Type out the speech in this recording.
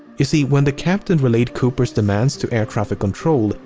you see, when the captain relayed cooper's demands to air traffic control,